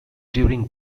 during